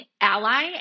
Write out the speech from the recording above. ally